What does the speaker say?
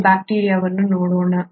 ಮೊದಲು ಬ್ಯಾಕ್ಟೀರಿಯಾವನ್ನು ನೋಡೋಣ